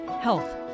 health